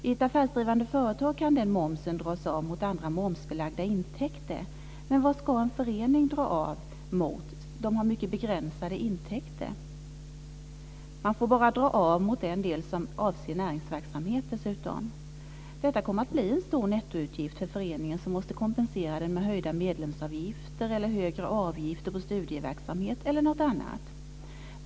I ett affärsdrivande företag kan den momsen dras av mot andra momsbelagda intäkter. Men vad ska en förening dra av mot? En förening har mycket begränsade intäkter. Man får dessutom bara dra av mot den del som avser näringsverksamhet. Detta kommer att bli en stor nettoutgift för föreningen som måste kompensera den med höjda medlemsavgifter eller högre avgifter på studieverksamhet eller något annat.